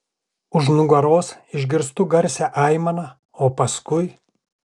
už nugaros išgirstu garsią aimaną o paskui